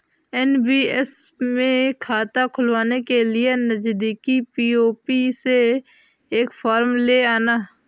NPS में खाता खुलवाने के लिए नजदीकी पी.ओ.पी से एक फॉर्म ले आना